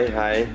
hi